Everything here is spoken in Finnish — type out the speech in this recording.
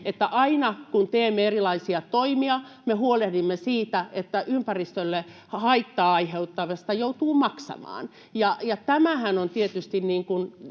että aina, kun teemme erilaisia toimia, me huolehdimme siitä, että ympäristölle haittaa aiheuttavasta joutuu maksamaan. Ja tämähän on tietysti